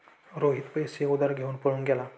रोहित पैसे उधार घेऊन पळून गेला